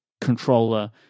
controller